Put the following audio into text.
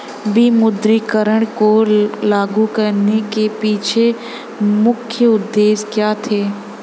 विमुद्रीकरण को लागू करने के पीछे मुख्य उद्देश्य क्या थे?